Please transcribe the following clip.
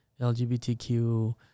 LGBTQ